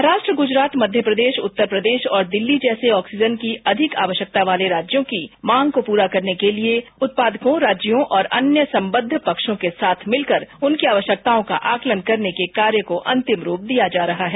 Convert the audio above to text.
महाराष्ट्र गुजरात मध्य प्रदेश उत्तर प्रदेश और दिल्ली जैसे ऑक्सीजन की अधिक आवश्यकता वाले राज्यों की मांग को पूरा करने के लिए उत्पादकों राज्यों और अन्य संबद्ध पक्षों के साथ मिलकर उनकी आवश्यकताओं का आकलन करने के कार्य को अंतिम रूप दिया जा रहा है